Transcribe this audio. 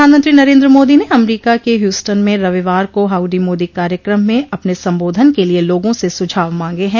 प्रधानमंत्री नरन्द्र मोदी ने अमरीका के ह्यूस्टन में रविवार को हाउडी मोदी कार्यक्रम में अपने संबोधन के लिए लोगों से सुझाव मांगे हैं